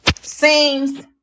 seems